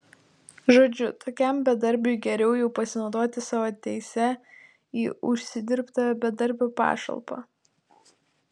žodžiu tokiam bedarbiui geriau jau pasinaudoti savo teise į užsidirbtą bedarbio pašalpą